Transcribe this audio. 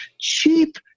cheap